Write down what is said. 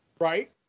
Right